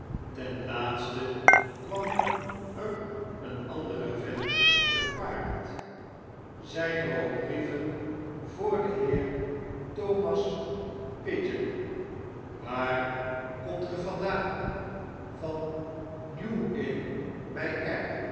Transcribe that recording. ten laatste kwam er een andei e vent te paard zyn er ook brieven voor den heer thomas pigeon waar komt gevandaan van new